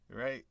Right